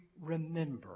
remember